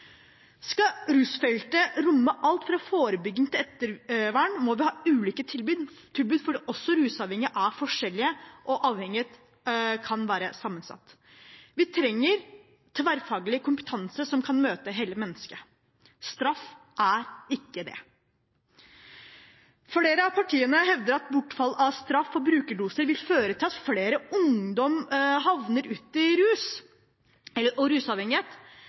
Skal rusfeltet romme alt fra forebygging til ettervern, må vi ha ulike tilbud, for også rusavhengige er forskjellige, og avhengighet kan være sammensatt. Vi trenger tverrfaglig kompetanse som kan møte hele mennesket. Straff er ikke det. Flere av partiene hevder at bortfall av straff for brukerdoser vil føre til at flere ungdom havner i rusavhengighet. Men det er ikke en motsetning mellom å jobbe med forebygging og